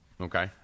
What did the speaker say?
Okay